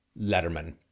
Letterman